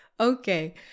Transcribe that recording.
Okay